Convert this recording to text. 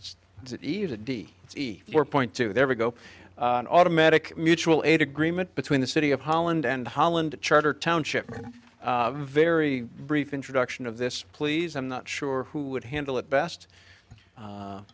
it's easy to d c four point two there we go and automatic mutual aid agreement between the city of holland and holland charter township a very brief introduction of this please i'm not sure who would handle it best